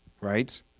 right